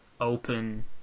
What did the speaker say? open